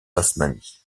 tasmanie